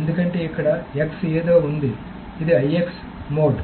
ఎందుకంటే ఇక్కడ X ఏదో ఉంది ఇది IX మోడ్